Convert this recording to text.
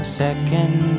second